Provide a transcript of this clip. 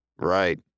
Right